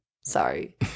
Sorry